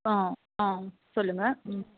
ம் ம் சொல்லுங்கள்